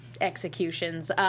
executions